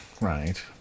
right